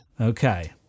okay